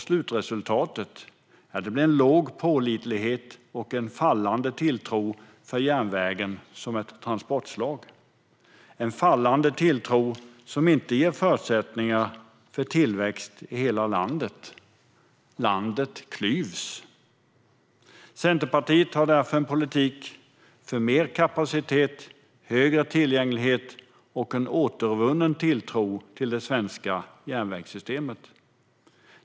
Slutresultatet blir en låg pålitlighet och en minskande tilltro till järnvägen som transportslag, vilket inte ger förutsättningar för tillväxt i hela landet. Landet klyvs. Centerpartiet har därför en politik för mer kapacitet, större tillgänglighet och en återvunnen tilltro till det svenska järnvägssystemet.